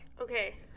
Okay